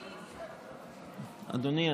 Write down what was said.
אדוני,